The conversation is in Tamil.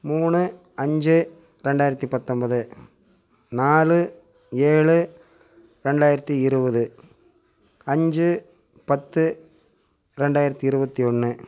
மூணு அஞ்சு ரெண்டாயிரத்து பத்தொம்பது நாலு ஏழு ரெண்டாயிரத்து இருபது அஞ்சு பத்து ரெண்டாயிரத்து இருபத்தி ஒன்று